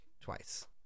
twice